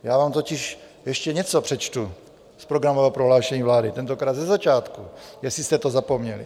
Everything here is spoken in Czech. Já vám totiž ještě něco přečtu z programového prohlášení vlády, tentokrát ze začátku, jestli jste to zapomněli: